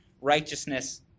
righteousness